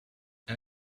and